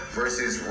versus